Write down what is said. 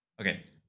Okay